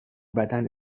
بدن